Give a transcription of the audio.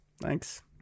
Thanks